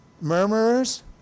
murmurers